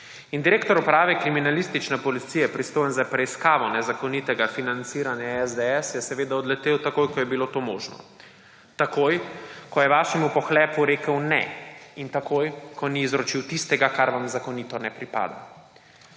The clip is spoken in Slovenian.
In direktor Uprave kriminalistične policije, pristojen za preiskavo nezakonitega financiranja SDS, je seveda odletel takoj, ko je bilo to možno. Takoj, ko je vašemu pohlepu rekel ne, in takoj, ko ni izročil tistega, kar vam zakonito ne pripada.